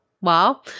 wow